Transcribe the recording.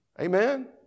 Amen